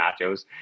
nachos